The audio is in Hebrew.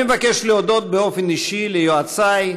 אני מבקש להודות באופן אישי ליועצי,